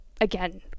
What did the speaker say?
again